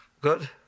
good